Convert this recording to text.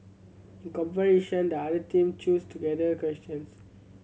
in comparison the other team chose together questions